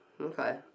Okay